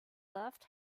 left